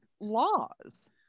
laws